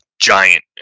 giant